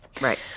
Right